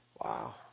Wow